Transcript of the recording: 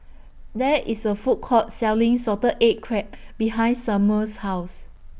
There IS A Food Court Selling Salted Egg Crab behind Samual's House